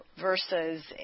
versus